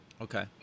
Okay